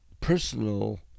personal